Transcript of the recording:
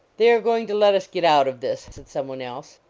they are going to let us get out of this, said some one else.